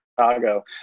Chicago